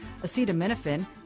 Acetaminophen